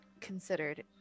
considered